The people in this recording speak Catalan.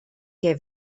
que